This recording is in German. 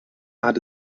hatte